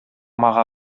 мага